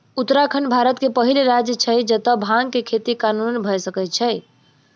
उत्तराखंड भारत के पहिल राज्य छै जतअ भांग के खेती कानूनन भअ सकैत अछि